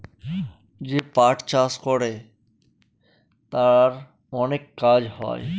যে পাট চাষ করে তার অনেক কাজ হয়